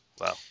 Wow